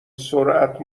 سرعت